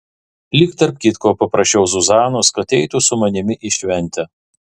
lyg tarp kitko paprašiau zuzanos kad eitų su manimi į šventę